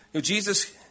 Jesus